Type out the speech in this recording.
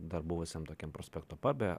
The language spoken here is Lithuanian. dar buvusiam tokiam prospekto pabe